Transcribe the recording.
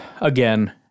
again